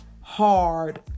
hard